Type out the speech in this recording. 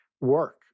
work